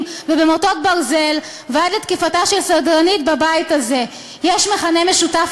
ובמוטות ברזל ועד לתקיפתה של סדרנית בבית הזה יש מכנה משותף